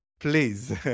Please